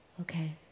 okay